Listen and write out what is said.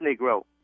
Negro